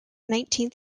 nineteenth